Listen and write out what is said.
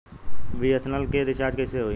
BSNL के recharge कैसे होयी?